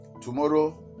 Tomorrow